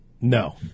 No